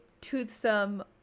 toothsome